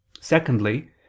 Secondly